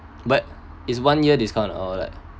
but is one year discount or like